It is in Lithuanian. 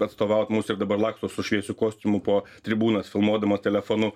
atstovaut mus ir dabar laksto su šviesiu kostiumu po tribūnas filmuodamas telefonu